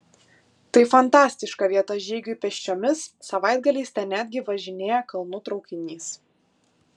tai fantastiška vieta žygiui pėsčiomis savaitgaliais ten netgi važinėja kalnų traukinys